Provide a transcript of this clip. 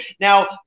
Now